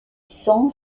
cent